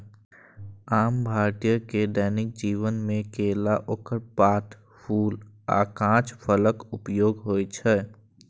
आम भारतीय के दैनिक जीवन मे केला, ओकर पात, फूल आ कांच फलक उपयोग होइ छै